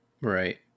Right